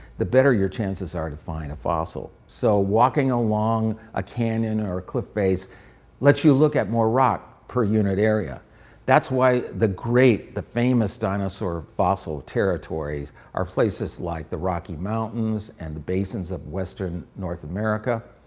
the better your chances are to find a fossil. so walking along a cannon or a cliff face lets you look at more rock per unit area that's why the great, the famous, dinosaur fossil territories are places like the rocky mountains and the basins of western north america,